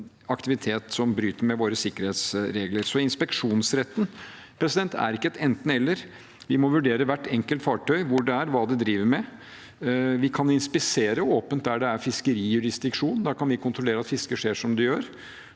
aktivitet som bryter med våre sikkerhetsregler. Så inspeksjonsretten er ikke et enten–eller. Vi må vurdere hvert enkelt fartøy – hvor det er, og hva det driver med. Vi kan inspisere åpent der det er fiskerijurisdiksjon, da kan vi kontrollere at fisket skjer som det gjør.